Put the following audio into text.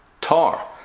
Tar